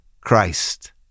Christ